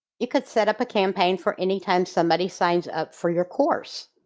you could set up a campaign for anytime somebody signs up for your course.